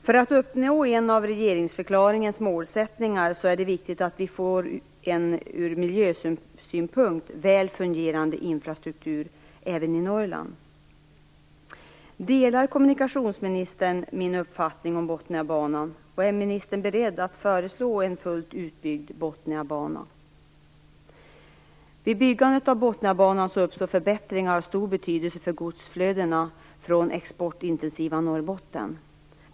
För att uppnå en av regeringsförklaringens målsättningar är det viktigt att vi får en ur miljösynpunkt väl fungerande infrastruktur även i Norrland. Delar kommunikationsministern min uppfattning om Botniabanan, och är ministern beredd att föreslå en fullt utbyggd Botniabana? Vid byggandet av Botniabanan uppstår förbättringar av stor betydelse för godsflödena från det exportintensiva Norrbotten.